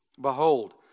Behold